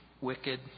wicked